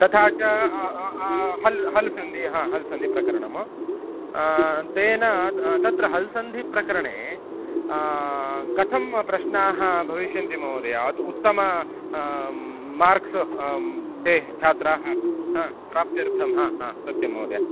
तथा च हल् हल् सन्धिः हल् सन्धि प्रकरणं तेन तत्र हल् सन्धिप्रकरणे कथं प्रश्नाः भविष्यन्ति महोदय उत्तमं मार्क्स् ते छात्राः प्राप्त्यर्थं सत्यं महोदय